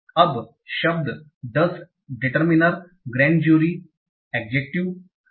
तो अब यहाँ शब्द does डिटरर्मिनर ग्रेंड जूरी है